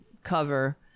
cover